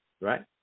right